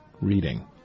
reading